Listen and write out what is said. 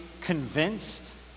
convinced